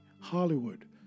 Hollywood